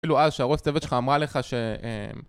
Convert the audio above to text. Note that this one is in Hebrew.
אפילו אז שהראש צוות שלך אמרה לך ש...